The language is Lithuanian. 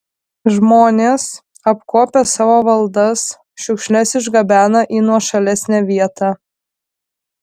žmonės apkuopę savo valdas šiukšles išgabena į nuošalesnę vietą